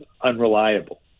unreliable